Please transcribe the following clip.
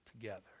together